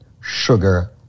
Sugar